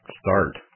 start